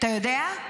אתה יודע?